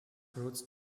roots